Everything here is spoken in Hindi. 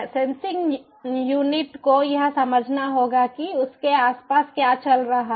सेंसिंग यूनिट को यह समझना होगा कि उसके आसपास क्या चल रहा है